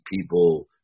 people